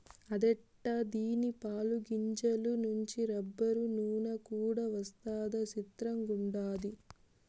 అదెట్టా దీని పాలు, గింజల నుంచి రబ్బరు, నూన కూడా వస్తదా సిత్రంగుండాది